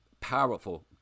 powerful